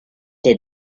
des